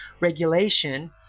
regulation